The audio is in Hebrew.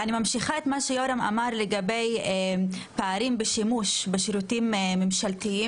אני אמשיך את מה שיורם אמר לגבי פערים בשימוש בשירותים ממשלתיים.